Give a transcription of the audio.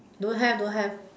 don't have don't have